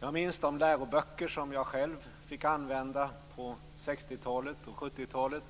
Jag minns de läroböcker som jag själv fick använda på 60 och 70-talen,